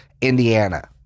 Indiana